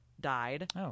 died